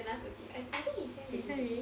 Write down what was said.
he sent already